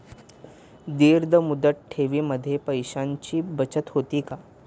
दीर्घ मुदत ठेवीमध्ये पैशांची बचत होते का?